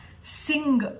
sing